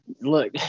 look